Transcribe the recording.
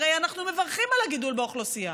ואנחנו הרי מברכים על הגידול באוכלוסייה,